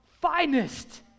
finest